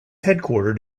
headquartered